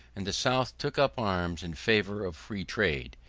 and the south took up arms in favor of free trade,